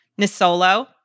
Nisolo